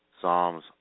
Psalms